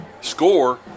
score